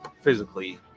physically